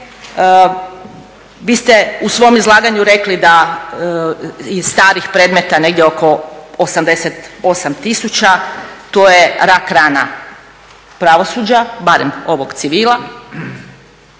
Vi ste u svom izlaganju rekli da je starih predmeta negdje oko 88 tisuća, to je rak-rana pravosuđa, barem ovog civila.